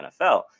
nfl